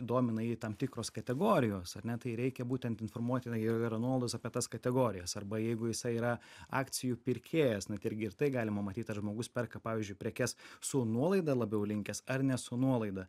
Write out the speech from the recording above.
domina jį tam tikros kategorijos ar ne tai reikia būtent informuotina jeigu yra nuolaidos apie tas kategorijas arba jeigu jisai yra akcijų pirkėjas nu tai irgi ir tai galima matyt ar žmogus perka pavyzdžiui prekes su nuolaida labiau linkęs ar ne su nuolaida